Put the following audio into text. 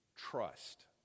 trust